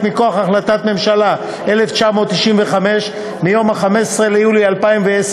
מכוח החלטת הממשלה 1995 מיום 15 ביולי 2010,